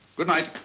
good night.